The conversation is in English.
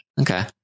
Okay